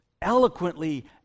eloquently